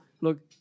look